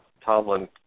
Tomlin